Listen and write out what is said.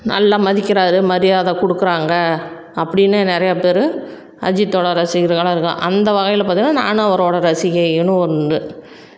நல்லா மதிக்கிறார் மரியாதை கொடுக்குறாங்க அப்படின்னு நிறையா பேர் அஜித்தோடய ரசிகர்களாக இருக்கான் அந்த வகையில் பார்த்திங்கனா நானும் அவரோடய ரசிகையினும் ஒன்று